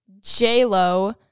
J-Lo